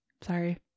Sorry